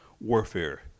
warfare